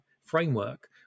framework